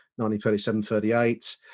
1937-38